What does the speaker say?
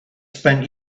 spent